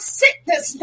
sickness